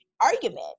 argument